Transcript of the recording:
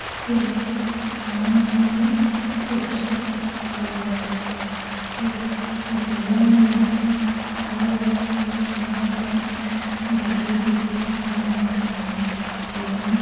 ଏଥିରେ କାଳୀ ମା'ଙ୍କୁ ପୂଜା କରାଯାଏ ଏଥିରେ ଦଣ୍ଡୁଆ ମାନେ ଖରାବେଳ ସମୟରେ ବାଲିରେ ଦଣ୍ଡ ଖେଳନ୍ତି ଏବଂ